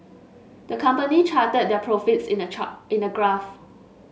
the company charted their profits in a in a graph